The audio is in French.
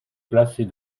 placée